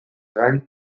gain